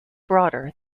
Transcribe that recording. broader